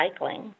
recycling